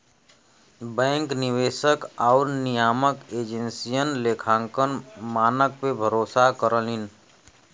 bank निवेशक आउर नियामक एजेंसियन लेखांकन मानक पे भरोसा करलीन